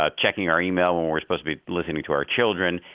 ah checking our email when we're supposed to be listening to our children,